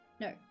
No